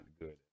good